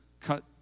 cut